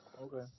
Okay